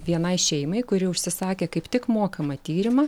vienai šeimai kuri užsisakė kaip tik mokamą tyrimą